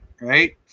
right